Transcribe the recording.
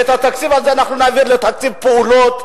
ואת התקציב הזה אנחנו נעביר לתקציב פעולות,